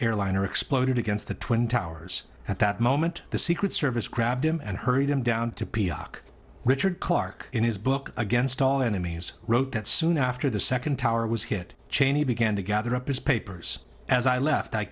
airliner exploded against the twin towers at that moment the secret service grabbed him and hurried him down to peoc richard clarke in his book against all enemies wrote that soon after the second tower was hit cheney began to gather up his papers as i left i